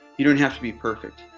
you don't have to be perfect.